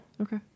Okay